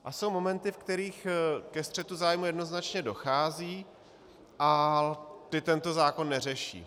A jsou momenty, v kterých ke střetu zájmů jednoznačně dochází a ty tento zákon neřeší.